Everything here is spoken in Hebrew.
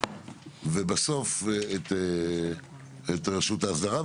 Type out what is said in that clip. ובסוף נשמע את רשות האסדרה,